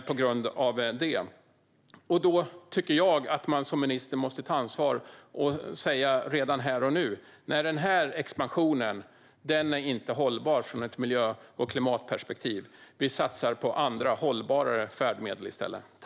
Jag tycker att man som minister måste ta ansvar och redan här och nu säga: Denna expansion är inte hållbar ur miljö och klimatperspektiv. Vi satsar på andra, mer hållbara färdmedel i stället.